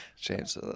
james